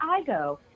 Igo